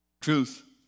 Truth